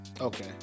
okay